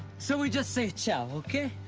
so we just say ciao, okay?